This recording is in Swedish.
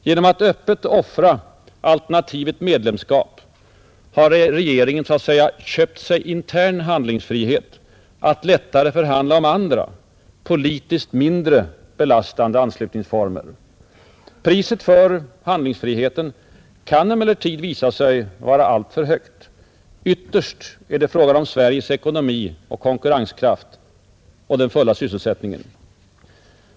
Genom att öppet offra alternativet medlemskap har regeringen så att säga köpt sig intern handlingsfrihet att lättare förhandla om andra, politiskt mindre belastande anslutningsformer. Priset för handlingsfriheten kan emellertid visa sig vara alltför högt. Ytterst är det fråga om Sveriges ekonomi och konkurrenskraft och den fulla sysselsättningen.